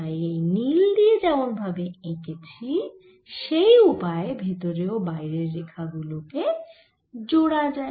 তাই এই নীল দিয়ে যেমন ভাবে এঁকেছি সেই উপায়ে ভেতরের ও বাইরের রেখা গুল কে জোড়া যায়